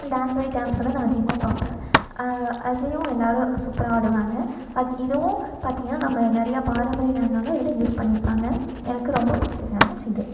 dance Jodi dance வந்து நான் அதிகமாக பார்ப்பேன் அதிலையும் எல்லாரும் சூப்பராக ஆடுவாங்க அத் இதுவும் பார்த்தீங்கன்னா நம்ப நிறையா பாரம்பரிய நடனல்லாம் இதில் யூஸ் பண்ணியிருப்பாங்க எனக்கு ரொம்ப பிடிச்ச சேனல்ஸ் இது